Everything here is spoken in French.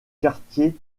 quartier